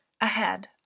ahead